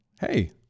Hey